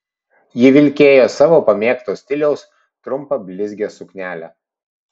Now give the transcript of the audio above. ji vilkėjo savo pamėgto stiliaus trumpą blizgią suknelę